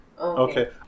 Okay